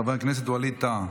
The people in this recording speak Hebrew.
חבר הכנסת ווליד טאהא,